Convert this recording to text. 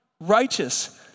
righteous